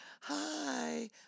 hi